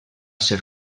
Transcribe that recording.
ser